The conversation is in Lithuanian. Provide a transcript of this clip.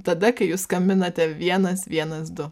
tada kai jūs skambinate vienas vienas du